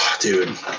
dude